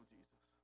Jesus